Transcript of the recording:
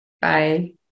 Bye